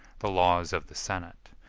the laws of the senate,